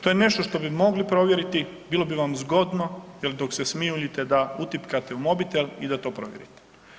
To je nešto što bi mogli provjeriti, bilo bi vam zgodno jel dok se smijuljite da utipkate u mobitel i da to provjerite.